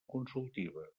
consultiva